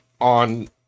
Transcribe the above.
on